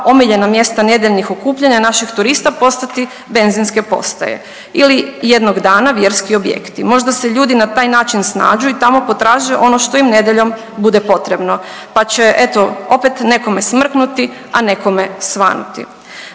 omiljena mjesta nedjeljnih okupljanja naših turista postati benzinske postaje ili jednog dana vjerski objekti. Možda se ljudi na taj način snađu i tamo potraže ono što im nedjeljom bude potrebno, pa će eto opet nekome smrknuti, a nekome svanuti.